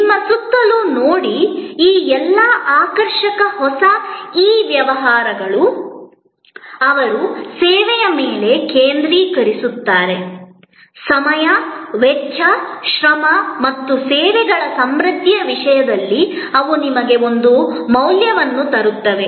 ನಿಮ್ಮ ಸುತ್ತಲೂ ನೋಡಿ ಈ ಎಲ್ಲಾ ಆಕರ್ಷಕ ಹೊಸ ಇ ವ್ಯವಹಾರಗಳು ಅವರು ಸೇವೆಯ ಮೇಲೆ ಕೇಂದ್ರೀಕರಿಸುತ್ತಾರೆ ಸಮಯ ವೆಚ್ಚ ಶ್ರಮ ಮತ್ತು ಸೇವೆಗಳ ಸಮೃದ್ಧಿಯ ವಿಷಯದಲ್ಲಿ ಅವು ನಿಮಗೆ ಒಂದು ಮೌಲ್ಯವನ್ನು ತರುತ್ತವೆ